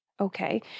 Okay